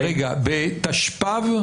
בתשפ"ב?